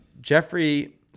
Jeffrey